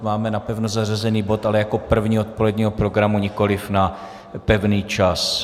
Máme napevno zařazený bod, ale jako první odpoledního programu, nikoliv na pevný čas.